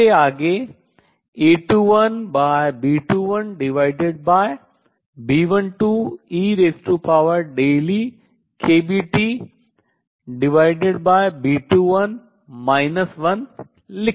जिसे आगे A21B21B12eEkBTB21 1 लिखा जा सकता है